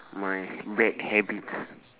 my bad habits